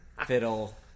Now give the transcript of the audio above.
fiddle